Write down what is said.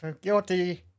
guilty